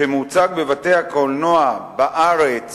שמוצג בבתי-הקולנוע בארץ